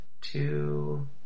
two